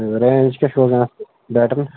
range کیٛاہ چھُ روزان اَتھ بیٹن